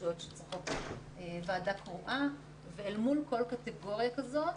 רשויות שצריכות ועדה קרואה- ואל מול כל קטגוריה כזאת,